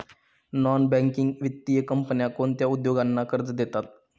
Non banking वित्तीय कंपन्या कोणत्या उद्योगांना कर्ज देतात?